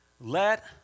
Let